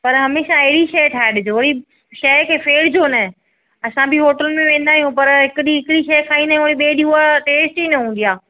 पर हमेशा अहिड़ी शइ ई ठाहे ॾिजो वरी शइ खे फेर जो न असां बि होटलुनि में वेंदा आहियूं पर हिकु ॾींहुं हिकिड़ी शइ खाईंदा आहियूं वरी ॿिए ॾींहं उहा टेस्ट ई न हूंदी आहे